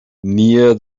near